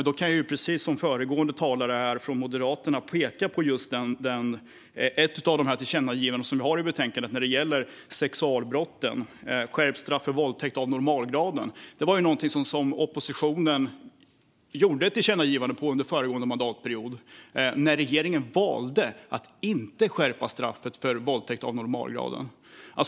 Då kan jag, precis som föregående talare från Moderaterna, peka på ett av de tillkännagivanden vi har i betänkandet, nämligen det som gäller sexualbrotten och skärpt straff för våldtäkt av normalgraden. Detta var någonting som oppositionen drev fram ett tillkännagivande om under föregående mandatperiod, när regeringen valde att inte skärpa straffet för våldtäkt av normalgraden.